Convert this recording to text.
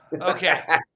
okay